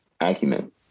acumen